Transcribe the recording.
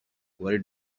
where